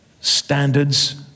standards